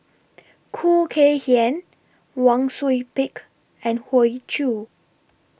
Khoo Kay Hian Wang Sui Pick and Hoey Choo